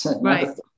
Right